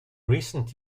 recent